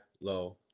low